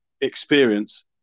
experience